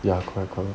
ya correct correct